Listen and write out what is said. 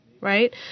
Right